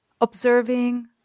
observing